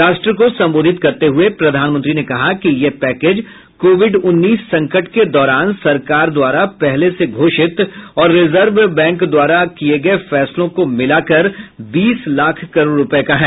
राष्ट्र को संबोधित करते हुए प्रधानमंत्री ने कहा है कि यह पैकेज कोविड उन्नीस संकट के दौरान सरकार द्वारा पहले से घोषित और रिजर्व बैंक द्वारा किये गये फैसलों को मिलाकर बीस लाख करोड़ रुपये का है